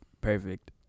perfect